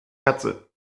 katze